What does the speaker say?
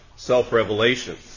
Self-revelation